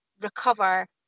recover